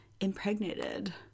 impregnated